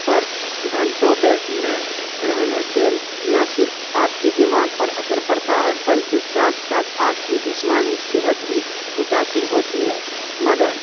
پر گھنٹوں بیٹھنے رہنے سے نہ صرف آپ کے دماغ پر اثر پڑتا ہے بلکہ ساتھ ساتھ آپ کی جسمانی صحت بھی متاثر ہوتی ہے مگر